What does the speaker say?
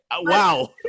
Wow